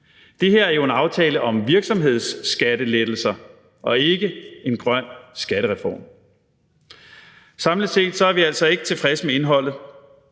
Det her er jo en aftale om virksomhedsskattelettelser og ikke en grøn skattereform. Samlet set er vi altså ikke tilfredse med indholdet.